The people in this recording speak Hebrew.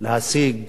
להשיג